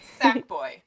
Sackboy